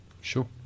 sure